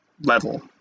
level